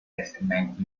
testament